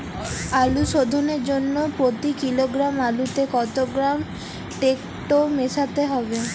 আলু শোধনের জন্য প্রতি কিলোগ্রাম আলুতে কত গ্রাম টেকটো মেশাতে হবে?